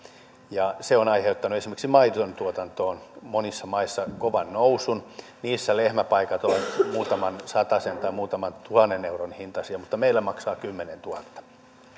se on aiheuttanut esimerkiksi maidontuotantoon monissa maissa kovan nousun niissä lehmäpaikat ovat muutaman satasen tai muutaman tuhannen euron hintaisia mutta meillä maksaa kymmenennentuhannennen